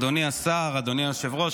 אושרה בקריאה טרומית ותעבור לוועדת החוקה,